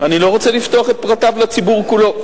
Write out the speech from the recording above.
אני לא רוצה לפתוח את פרטיו לציבור כולו.